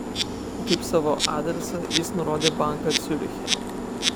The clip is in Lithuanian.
kaip savo adresą jis nurodė banką ciuriche